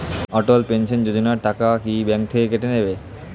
অটল pension Yojana টাকা কি bank থেকে কেটে নেবে?